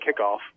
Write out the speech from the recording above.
kickoff